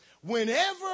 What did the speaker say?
Whenever